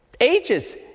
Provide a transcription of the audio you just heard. ages